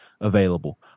available